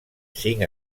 cinc